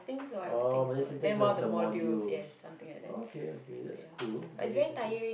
oh Malay syntax is one of the modules okay okay that's cool Malay syntax